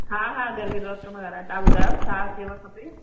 हा हा गर्गी रोत थो मां ॻाल्हायां तव्हां ॿुधायो छा सेवा खपे